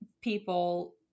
people